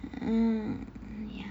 mm ya